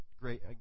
great